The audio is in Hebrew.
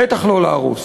בטח לא להרוס.